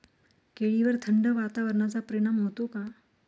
केळीवर थंड वातावरणाचा परिणाम होतो का?